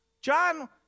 John